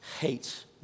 hates